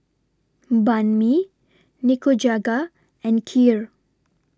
Banh MI Nikujaga and Kheer